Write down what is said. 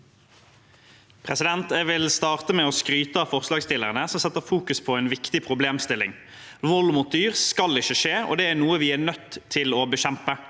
Jeg vil starte med å skryte av forslagsstillerne, som setter fokus på en viktig problemstilling. Vold mot dyr skal ikke skje, og det er noe vi er nødt til å bekjempe.